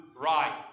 right